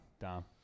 Dom